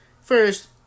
first